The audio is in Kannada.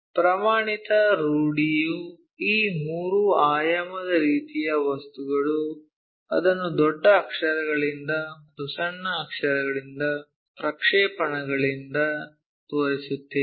ಪ್ರಮಾಣಿತ ರೂಢಿಯು ಈ ಮೂರು ಆಯಾಮದ ರೀತಿಯ ವಸ್ತುಗಳು ಅದನ್ನು ದೊಡ್ಡ ಅಕ್ಷರಗಳಿಂದ ಮತ್ತು ಸಣ್ಣ ಅಕ್ಷರಗಳಿಂದ ಪ್ರಕ್ಷೇಪಣಗಳಿಂದ ತೋರಿಸುತ್ತೇವೆ